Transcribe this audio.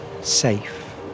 safe